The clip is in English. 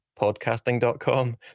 podcasting.com